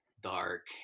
dark